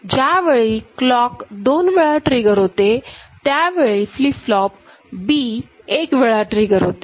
ज्यावेळी क्लॉक दोन वेळा ट्रिगर होते त्यावेळी फ्लीप फ्लोप B एक वेळा ट्रिगर होते